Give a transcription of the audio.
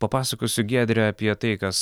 papasakosiu giedre apie tai kas